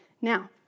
Now